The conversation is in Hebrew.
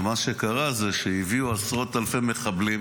ומה שקרה זה שהביאו עשרות אלפי מחבלים